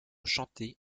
chanter